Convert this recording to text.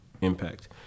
impact